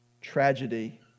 tragedy